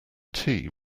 tea